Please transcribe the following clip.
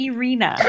Irina